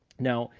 now,